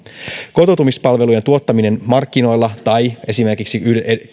kotoutumispalvelujen tuottaminen markkinoilla tai esimerkiksi